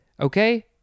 Okay